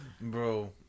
bro